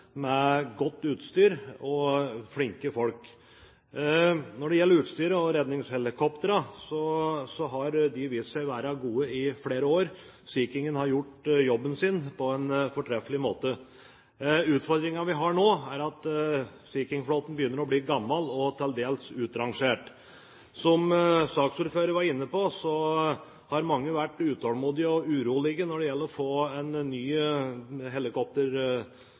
med godt utstyr og flinke folk. Når det gjelder redningshelikoptrene, har de vist seg å være gode i flere år. Det gjelder også utstyret. Sea King-en har gjort jobben sin på en fortreffelig måte. Utfordringene vi har nå, er at Sea King-flåten begynner å bli gammel og til dels utrangert. Som saksordføreren var inne på, har mange vært urolige og utålmodige etter å få en ny